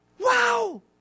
Wow